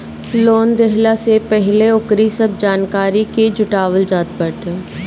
loan देहला से पहिले ओकरी सब जानकारी के जुटावल जात बाटे